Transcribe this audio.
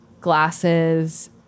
Glasses